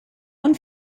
und